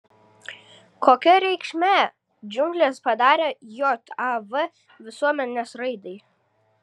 kokią reikšmę džiunglės padarė jav visuomenės raidai